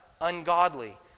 ungodly